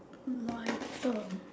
whiter